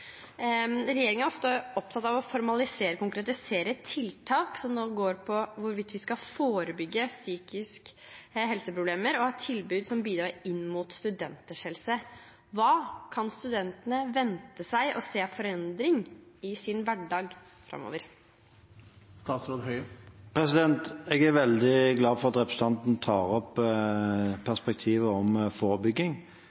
er ofte opptatt av å formalisere og konkretisere tiltak som går på hvorvidt vi skal forebygge psykiske helseproblemer, og tilbud som bidrar inn mot studenters helse. Hva kan studentene vente seg å se av forandring i sin hverdag framover? Jeg er veldig glad for at representanten tar opp